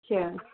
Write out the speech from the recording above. ਅੱਛਾ